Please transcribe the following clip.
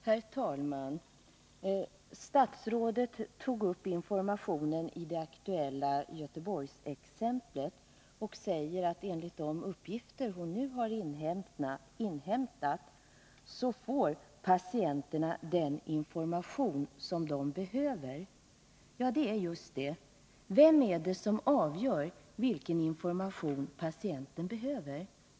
Herr talman! Statsrådet tog upp informationen i det aktuella Göteborgsexemplet och sade att enligt de uppgifter som nu har inhämtats får patienterna den information som de behöver. Ja, just det! Vem är det som avgör vilken information patienten behöver?